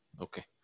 Okay